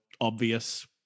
obvious